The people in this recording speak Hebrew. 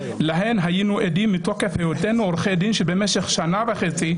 להם היינו עדים מתוקף היותנו עורכי דין שבמשך שנה וחצי,